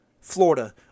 Florida